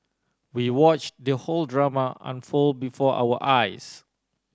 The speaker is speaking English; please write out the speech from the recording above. we watched the whole drama unfold before our eyes